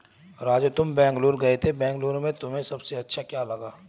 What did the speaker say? राजू तुम बेंगलुरु गए थे बेंगलुरु में तुम्हें सबसे अच्छा क्या लगा?